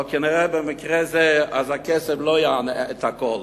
אבל כנראה במקרה הזה הכסף לא יענה את הכול.